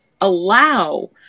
allow